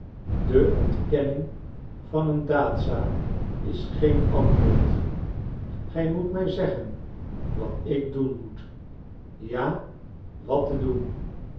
de ontkenning van een daadzaak is geen antwoord gij moet mij zeggen wat ik doen moet ja wat te doen